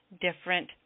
different